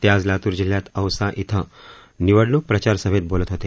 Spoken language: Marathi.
ते आज लातूर जिल्ह्यात औसा इथं निवडणूक प्रचारसभेत बोलत होते